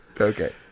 Okay